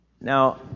Now